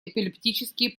эпилептические